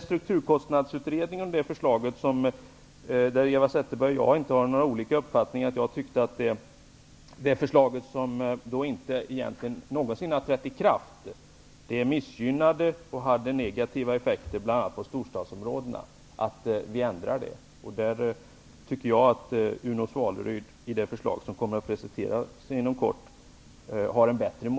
Strukturkostnadsutredningen som ger negativa effekter bl.a. för storstadsområdena har Eva Zetterberg och jag inte några delade meningar om. Det har egentligen inte trätt i kraft, och jag tycker att vi ändrar på förslaget. Uno Svaleryd påvisar en bättre modell i det förslag som inom kort kommer att presenteras.